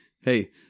hey